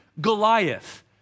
Goliath